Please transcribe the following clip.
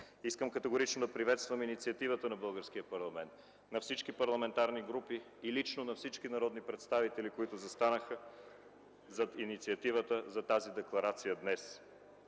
Искам категорично да приветствам инициативата на българския парламент, на всички парламентарни групи и лично на всички народни представители, които застанаха зад инициативата за тези декларация днес.